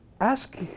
ask